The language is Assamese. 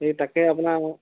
এই তাকে আপোনাৰ